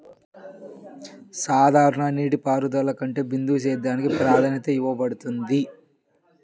సాధారణ నీటిపారుదల కంటే బిందు సేద్యానికి ప్రాధాన్యత ఇవ్వబడుతుంది